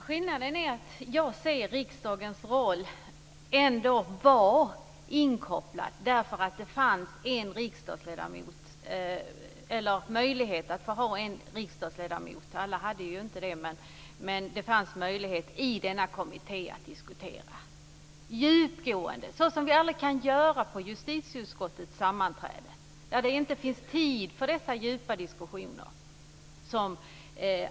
Herr talman! Jag ser det ändå så att riksdagen var inkopplad, eftersom man hade möjlighet att få med riksdagsledamöter i denna kommitté. Där kunde man diskutera djupgående, på ett sätt som vi aldrig kan göra på justitieutskottets sammanträden. Där finns det inte tid för sådana djupgående diskussioner.